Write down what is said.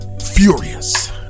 Furious